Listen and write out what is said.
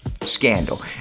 scandal